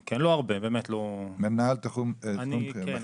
מנהל תחום בכיר --- כן,